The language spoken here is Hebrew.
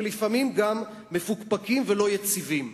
ולפעמים גם מפוקפקים ולא יציבים,